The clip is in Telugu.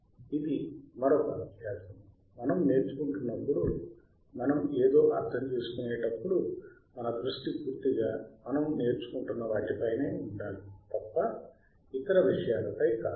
ఇది మరొక అభ్యాసము మనం నేర్చుకుంటున్నప్పుడు మనం ఏదో అర్థం చేసుకునేటప్పుడు మన దృష్టి పూర్తిగా మనం నేర్చుకుంటున్న వాటిపైనే ఉండాలి తప్ప ఇతర విషయాలపై కాదు